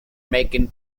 making